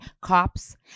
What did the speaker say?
cops